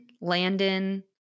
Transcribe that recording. Landon